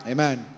Amen